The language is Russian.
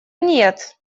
нет